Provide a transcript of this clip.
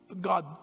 God